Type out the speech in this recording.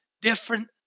different